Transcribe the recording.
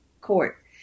court